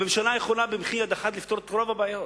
הממשלה יכולה במחי-יד לפתור את רוב הבעיות,